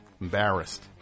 embarrassed